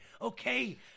Okay